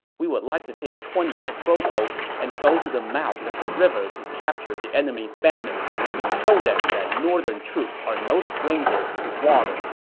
we would like to take twenty patrol boats and go to the mouth of the river to capture the enemy's banners to show them that northern troops are no strangers to the water